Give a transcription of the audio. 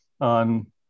on